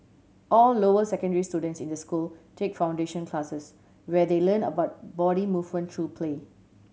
all lower secondary students in the school take foundation classes where they learn about body movement through play